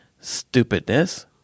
stupidness